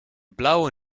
blauwe